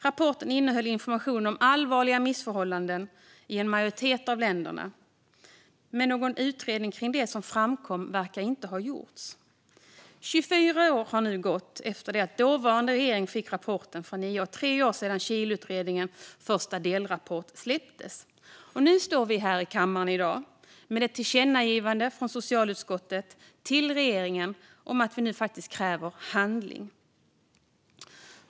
Rapporten innehöll information om allvarliga missförhållanden i en majoritet av länderna, men någon utredning med anledning av det som framkom verkar inte ha gjorts. Det har nu gått 24 år sedan den dåvarande regeringen fick rapporten från NIA. Det är tre år sedan Chileutredningens första delrapport släpptes. Nu står vi här i kammaren med ett förslag från socialutskottet till ett tillkännagivande till regeringen om att vi kräver handling.